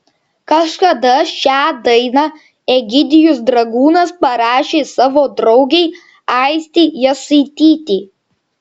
kažkada šią dainą egidijus dragūnas parašė savo draugei aistei jasaitytei